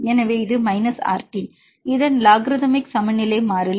எனவே இது RT இதன் லாக்ரித்மிக் சமநிலை மாறிலி